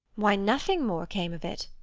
why, nothing more came of it.